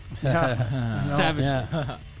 savage